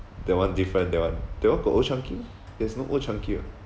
that one different that one that one got old chang kee meh there's no old chang kee [what]